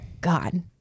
god